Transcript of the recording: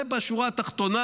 זה בשורה התחתונה,